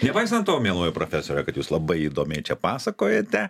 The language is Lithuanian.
nepaisant to mieloji profesore kad jūs labai įdomiai čia pasakojate